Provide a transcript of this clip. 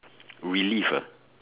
relieve ah